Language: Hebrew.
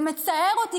זה מצער אותי,